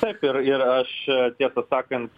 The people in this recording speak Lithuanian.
taip ir ir aš tiesą sakant